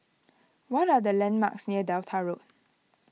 what are the landmarks near Delta Road